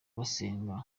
basenga